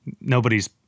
nobody's –